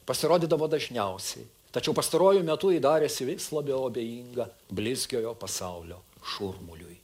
pasirodydavo dažniausiai tačiau pastaruoju metu ji darėsi vis labiau abejinga blizgiojo pasaulio šurmuliui